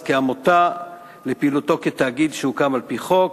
כעמותה לפעילותו כתאגיד שהוקם על-פי חוק,